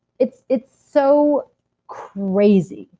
it's it's so crazy.